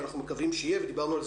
ואנחנו מקווים שיהיה,